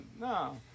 no